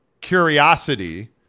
curiosity